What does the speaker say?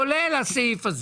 כולל הסעיף הזה.